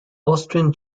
austrian